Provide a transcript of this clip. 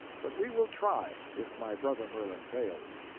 but we will try, if my brother merlin fails.